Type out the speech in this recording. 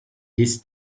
his